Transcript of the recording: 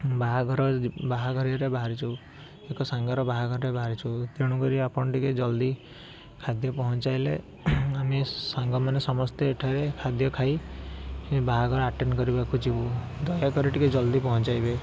ବାହାଘର ବାହାଘରିଆରେ ବାହାରିଛୁ ଏକ ସାଙ୍ଗର ବାହାଘରରେ ବାହାରିଛୁ ତେଣୁକରି ଆପଣ ଟିକିଏ ଜଲ୍ଦି ଖାଦ୍ୟ ପହଞ୍ଚାଇଲେ ଆମେ ସାଙ୍ଗମାନେ ସମସ୍ତେ ଏଠାରେ ଖାଦ୍ୟ ଖାଇ ବାହାଘର ଆଟେଣ୍ଡ କରିବାକୁ ଯିବୁ ଦୟାକରି ଟିକିଏ ଜଲ୍ଦି ପହଞ୍ଚାଇବେ